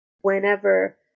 whenever